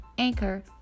Anchor